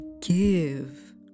give